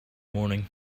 morning